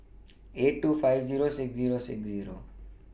eight two five Zero six Zero six Zero